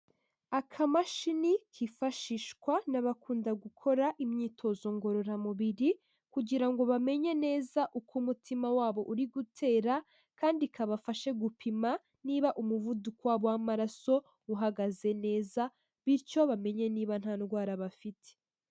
Akamashini kifashishwa n'abakunda gukora imyitozo ngororamubiri kugira ngo bamenye neza uko umutima wabo uri gutera kandi kabafashe gupima niba umuvuduko w'amaraso uhagaze neza bityo bamenye niba nta ndwara bafite.